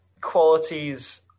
qualities